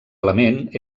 element